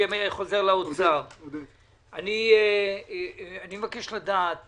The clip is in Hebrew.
אני מבקש לדעת